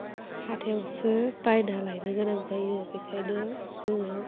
हाथायावसो बायना लायनो गोनां जायो बेखायनो जोङो